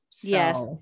Yes